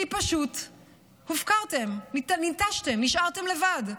כי פשוט הופקרתם, ננטשתם, נשארתם לבד.